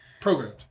programmed